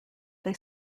they